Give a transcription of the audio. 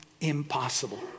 impossible